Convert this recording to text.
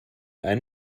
ein